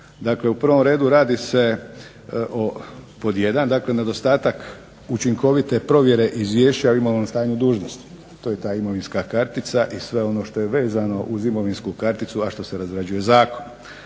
Dakle, u prvom redu radi se o pod jedan dakle nedostatak učinkovite provjere izvješća o imovnom stanju dužnosnika. To je ta imovinska kartica i sve ono što je vezano uz imovinsku karticu a što se razrađuje zakonom.